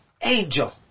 angel